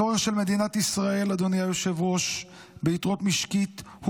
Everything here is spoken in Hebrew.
הצורך של מדינת ישראל ביתירות משקית,